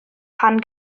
pan